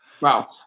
Wow